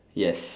yes